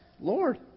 Lord